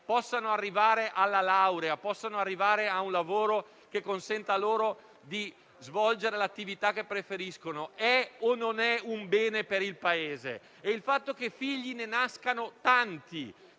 possano arrivare alla laurea e a un lavoro che consenta loro di svolgere l'attività che preferiscono è o non è un bene per il Paese? Il fatto che di figli ne nascano tanti,